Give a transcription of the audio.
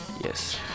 Yes